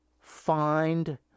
find